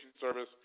service